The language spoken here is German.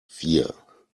vier